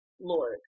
Lord